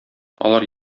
алар